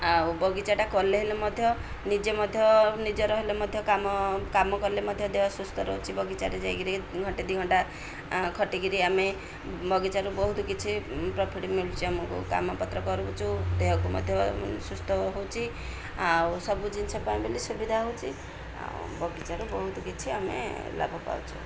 ଆଉ ବଗିଚାଟା କଲେ ହେଲେ ମଧ୍ୟ ନିଜେ ମଧ୍ୟ ନିଜର ହେଲେ ମଧ୍ୟ କାମ କାମ କଲେ ମଧ୍ୟ ଦେହ ସୁସ୍ଥ ରହୁଛି ବଗିଚାରେ ଯାଇକିରି ଘଣ୍ଟେ ଦୁଇ ଘଣ୍ଟା ଖଟିକିରି ଆମେ ବଗିଚାରୁ ବହୁତ କିଛି ପ୍ରଫିଟ୍ ମିଳୁଛି ଆମକୁ କାମପତ୍ର କରୁଛୁ ଦେହକୁ ମଧ୍ୟ ସୁସ୍ଥ ହଉଛି ଆଉ ସବୁ ଜିନିଷ ପାଇଁ ବୋଲି ସୁବିଧା ହଉଛି ଆଉ ବଗିଚାରୁ ବହୁତ କିଛି ଆମେ ଲାଭ ପାଉଛୁ